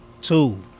two